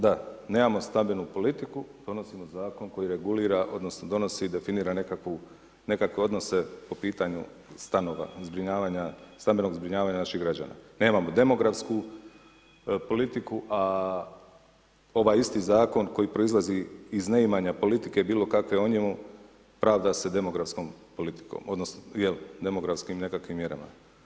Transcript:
Da, nemamo stabilnu politiku, donosimo zakon koji regulira, odnosno donosi i definira nekakve odnose po pitanju stanova, stambenog zbrinjavanja naših građana, nemamo demografsku politiku, a ovaj isti zakon koji proizlazi iz neimanja politike, bilo kakve o njemu, pravda se demografskom politikom, jel, demografskim nekakvim mjerama.